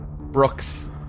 brooks